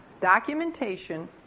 documentation